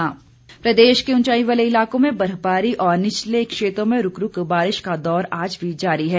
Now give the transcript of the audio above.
मौसम प्रदेश के उंचाई वाले इलाकों में बर्फबारी और निचले क्षेत्रों में रूक रूक बारिश का दौर आज भी जारी है